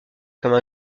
comme